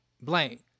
blank